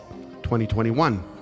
2021